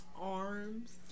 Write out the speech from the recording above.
arms